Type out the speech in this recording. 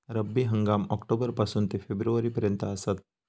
रब्बी हंगाम ऑक्टोबर पासून ते फेब्रुवारी पर्यंत आसात